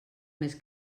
més